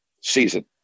season